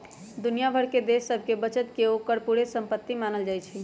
दुनिया भर के देश सभके बचत के ओकर पूरे संपति मानल जाइ छइ